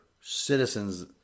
citizens